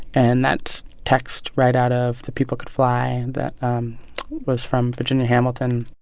and that's text right out of the people could fly and that was from virginia hamilton.